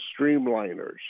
Streamliners